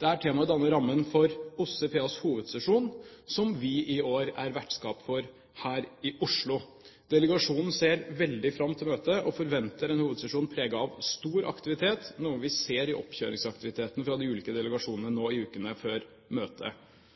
Dette temaet danner rammen for OSSE PAs hovedsesjon, som vi i år er vertskap for her i Oslo. Delegasjonen ser veldig fram til møtet og forventer en hovedsesjon preget av stor aktivitet, noe vi ser i oppkjøringsaktiviteten fra de ulike delegasjonene nå i ukene før møtet.